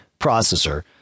processor